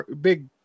big